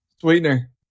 Sweetener